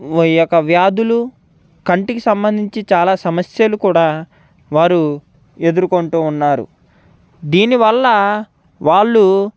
ఈ యొక్క వ్యాధులు కంటికి సంబంధించి చాలా సమస్యలు కూడా వారు ఎదురుకొంటూ ఉన్నారు దీని వల్ల వాళ్ళు